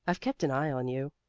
i've kept an eye on you.